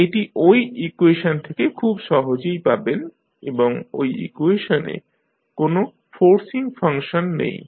এটি ঐ ইকুয়েশন থেকে খুব সহজেই পাবেন এবং ঐ ইকুয়েশনে কোনো ফোর্সিং ফাংশন নেই